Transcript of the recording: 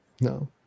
No